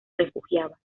refugiaba